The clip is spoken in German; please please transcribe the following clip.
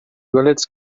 görlitz